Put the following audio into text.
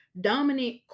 dominant